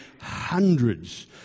hundreds